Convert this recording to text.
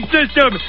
System